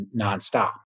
nonstop